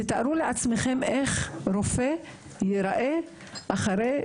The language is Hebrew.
תארו לעצמכם איך רופא ייראה אחרי